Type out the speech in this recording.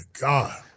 God